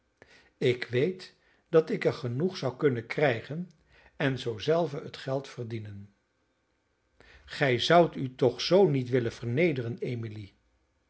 ik weet dat ik er genoeg zou kunnen krijgen en zoo zelve het geld verdienen gij zoudt u toch zoo niet willen vernederen emily